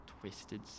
Twisted